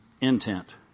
intent